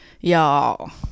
y'all